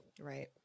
Right